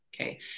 okay